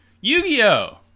Yu-Gi-Oh